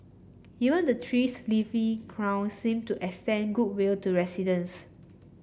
even the tree's leafy crown seemed to extend goodwill to residents